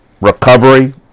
recovery